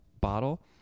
bottle